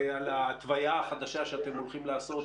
על ההתוויה החדשה שאתם הולכים לעשות,